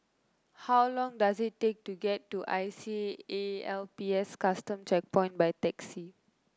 how long does it take to get to I C A L P S Custom Checkpoint by taxi